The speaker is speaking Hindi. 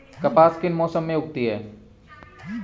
कपास किस मौसम में उगती है?